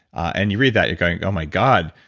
and you read that, you're going oh, my god,